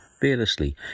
fearlessly